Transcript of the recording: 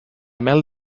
mel